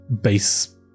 base